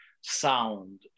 sound